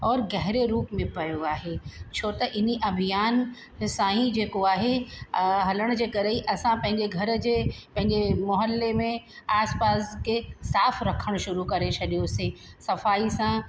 और गहरे रूप में पियो आहे छो त इन अभियान सां ई जेको आहे ऐं हलण जे करे ई असां पंहिंजे घर जे पंहिजे मौहल्ले में आसपास खे साफ़ु रखण शुरू करे छॾियो से सफाई सां